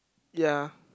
ya